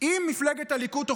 אם מפלגת הליכוד,